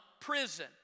prison